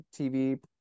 TV